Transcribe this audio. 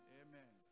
amen